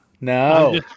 no